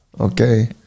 Okay